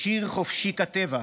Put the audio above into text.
בשיר חופשי כטבע,